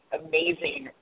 amazing